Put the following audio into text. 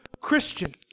Christian